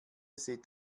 seht